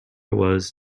was